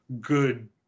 good